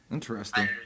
Interesting